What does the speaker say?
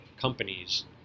companies